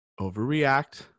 overreact